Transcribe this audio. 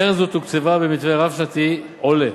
קרן זו תוקצבה במתווה רב-שנתי עולה